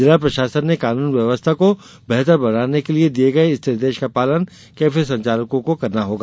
जिला प्रशासन ने कानून व्यवस्था को बेहतर बनाने के लिये दिये गये इस निर्देश का पालन कैफे संचालकों को करना होगा